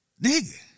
nigga